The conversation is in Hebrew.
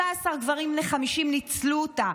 16 גברים בני 50 ניצלו אותה,